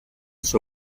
suo